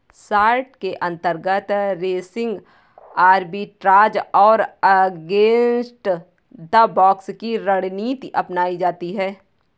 short के अंतर्गत racing arbitrage और अगेंस्ट द बॉक्स की रणनीति अपनाई जाती है